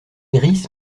iris